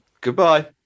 Goodbye